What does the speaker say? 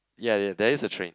yea yea there is a train